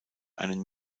einen